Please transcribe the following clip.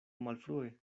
malfrue